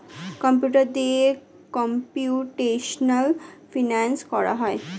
computer দিয়ে computational finance করা হয়